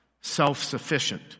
Self-sufficient